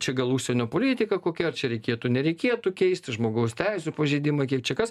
čia gal užsienio politika kokia ar čia reikėtų nereikėtų keisti žmogaus teisių pažeidimai kiek čia kas